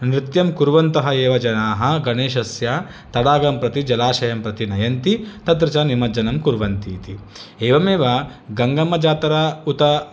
नृत्यं कुर्वन्तः एव जनाः गणेशस्य तडागं प्रति जलाशयं प्रति नयन्ति तत्र च निमज्जनं कुर्वन्तीति एवमेव गङ्गम्मजात्रा उत